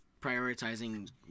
prioritizing